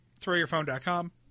throwyourphone.com